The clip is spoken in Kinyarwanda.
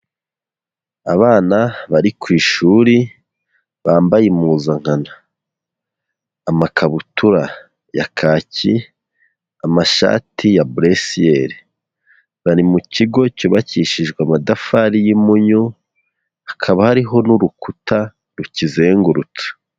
Abana bari ku ishuri bambaye impuzankana, amakabutura ya kaki, amashati ya buresiyeri, bari mu kigo cyubakishijwe amatafari y'impunyu, hakaba hariho n'urukuta rukizengurutse.